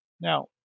Now